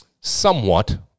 somewhat